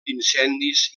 incendis